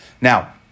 now